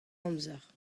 amzer